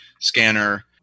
scanner